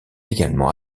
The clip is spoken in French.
également